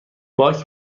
باک